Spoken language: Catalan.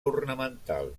ornamental